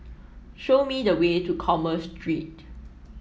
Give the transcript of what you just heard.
show me the way to Commerce Street